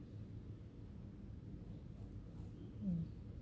mm